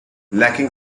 lacking